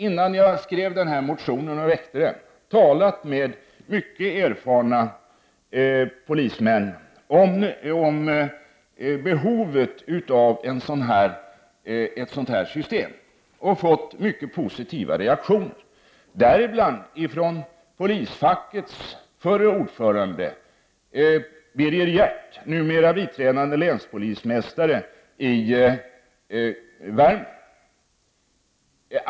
Innan jag väckte denna motion har jag talat med mycket erfarna polismän om behovet av ett sådant här system och då fått mycket positiva reaktioner — däribland från polisfackets förre ordförande, Birger Hjert, numera biträdande länspolismästare i Värmland.